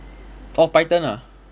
orh python ah